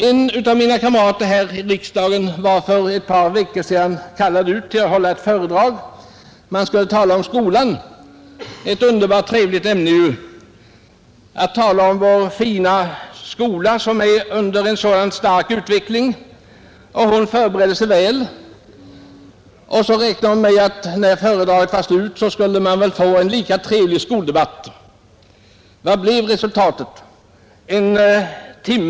En av mina kamrater här i riksdagen var för ett par veckor sedan kallad att hålla ett föredrag, som skulle gälla skolan. Det är ju ett underbart trevligt ämne att tala om — vår fina skola som är under stark utveckling. Föredragshållaren förberedde sig väl och räknade med att när föredraget var slut skulle man få en lika trevlig skoldebatt. Vad blev resultatet?